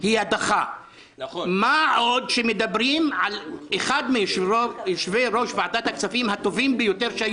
אנחנו מתחילים עם הנושא הראשון, שזה